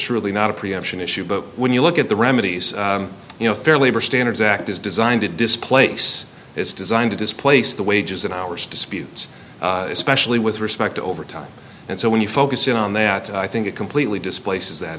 really not a preemption issue but when you look at the remedies you know fairly or standards act is designed to displace it's designed to displace the wages and hours disputes especially with respect to overtime and so when you focus in on that i think it completely displaces that